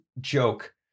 joke